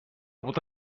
بود